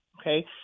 okay